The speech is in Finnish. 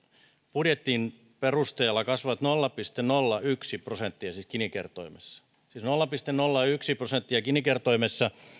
budjetin perusteella kasvavat nolla pilkku nolla yksi prosenttia gini kertoimessa siis nolla pilkku nolla yksi prosenttia gini kertoimessa